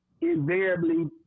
invariably –